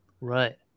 Right